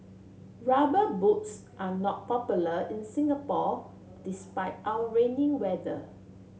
rubber boots are not popular in Singapore despite our rainy weather